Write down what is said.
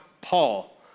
Paul